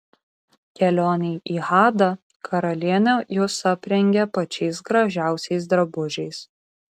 kelionei į hadą karalienė jus aprengė pačiais gražiausiais drabužiais